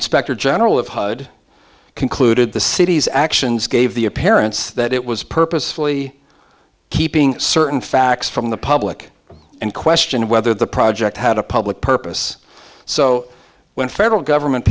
inspector general of hud concluded the city's actions gave the appearance that it was purposefully keeping certain facts from the public in question whether the project had a public purpose so when federal government